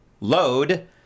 load